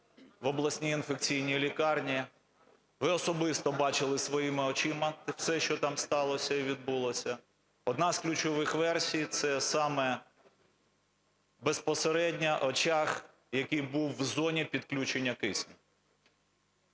в обласній інфекційній лікарні. Ви особисто бачили своїми очима все, що там сталося і відбулося. Одна з ключових версій – це саме безпосередньо очаг, який був у зоні підключення тиску.